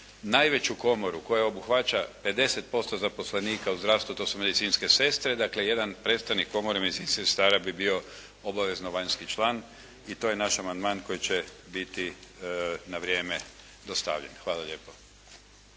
najveću komoru koja obuhvaća 50% zaposlenika u zdravstvu, to su medicinske sestre. Dakle, jedan predstojnik Komore medicinskih sestara bi bio obavezno vanjski član i to je naš amandman koji će biti na vrijeme dostavljen. Hvala lijepo.